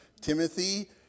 Timothy